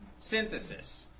synthesis